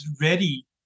ready